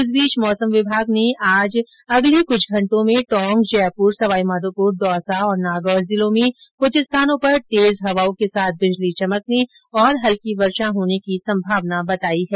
इस बीच मौसम विभाग ने आज अगले कुछ घंटों में टोंक जयपुर सवाईमाधोपुर दौसा और नागौर जिलों में कुछ स्थानों पर तेज हवाओं के साथ बिजली चमकने और हल्की वर्षा होने की संभावना बताई है